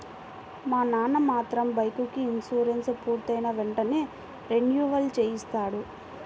మా నాన్న మాత్రం బైకుకి ఇన్సూరెన్సు పూర్తయిన వెంటనే రెన్యువల్ చేయిస్తాడు